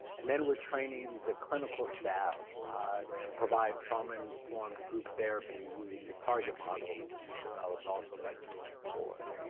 and then we're training the clinical staff to provide trauma-informed group therapy using the target model, which was developed also by julian ford.